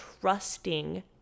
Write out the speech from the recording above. trusting